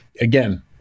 Again